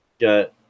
got